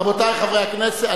רבותי חברי הכנסת,